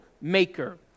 maker